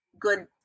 good